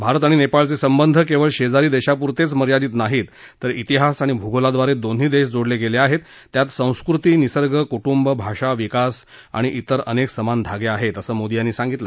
भारत आणि नेपाळचे संबंध केवळ शेजारी देशापुरतेच मर्यादित नाहीत तर ातिहास आणि भूगोलाद्वारे दोन्ही देश जोडले गेले आहेत त्यात संस्कृती निसर्ग कुटुंब भाषा विकास आणि तिर अनेक समान धागे आहेत असं मोदी यांनी सांगितलं